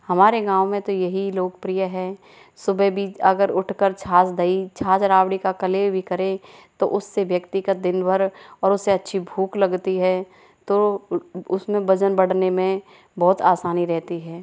हमारे गाँव में तो यही लोकप्रिय है सुबह भी अगर उठ कर छाछ दही छाछ रावड़ी का कलेह भी करे तो उससे व्यक्ति का दिन भर और उसे अच्छी भूख लगती है तो उसमें वजन बढ़ने में बहुत आसानी रहती है